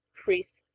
priests,